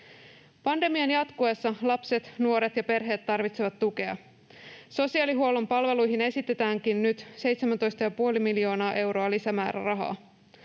Pandemian jatkuessa lapset, nuoret ja perheet tarvitsevat tukea. Sosiaalihuollon palveluihin esitetäänkin nyt 17,5 miljoonaa euroa lisämäärärahaa.